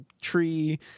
tree